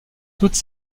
toutes